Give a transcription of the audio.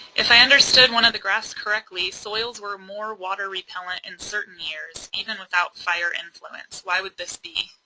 if i understood one of the graphs correctly, soils were more water repellent in certain years even without fire influence. why would this be?